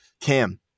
Cam